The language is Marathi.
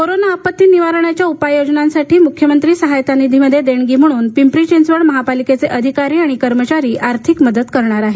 कोरोना आपत्ती निवारणाच्या उपाययोजनांकरिता मुख्यमंत्री सहाय्यता निधीमध्ये देणगी म्हणून पिंपरी चिंचवड महापालिका अधिकारी आणि कर्मचारी आर्थिक मदत करणार आहेत